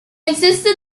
insisted